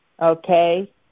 Okay